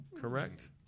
Correct